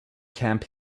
camp